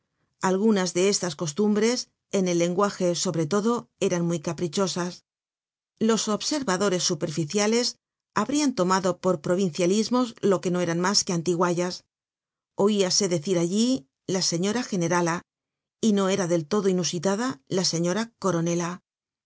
algunas de estas costumbres en el lenguaje sobre todo eran muy caprichosas los observadores superficiales habrian tomado por provincialismos lo que no eran mas que antiguallas oíase decir allí la señora generala y no era del todo inusitada la señora coronela